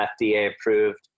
FDA-approved